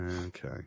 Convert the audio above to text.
Okay